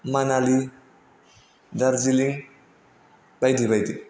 मानालि दार्जिलिं बायदि बायदि